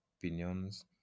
opinions